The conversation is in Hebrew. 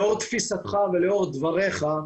לאור תפיסתך ולאור דבריך,